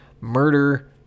murder